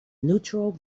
neutral